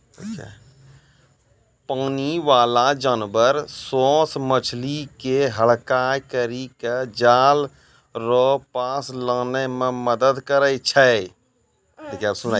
पानी बाला जानवर सोस मछली के हड़काय करी के जाल रो पास लानै मे मदद करै छै